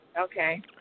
Okay